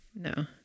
No